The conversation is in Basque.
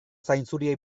zainzuriei